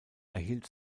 erhielt